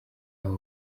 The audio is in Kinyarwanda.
aho